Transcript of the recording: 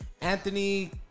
Anthony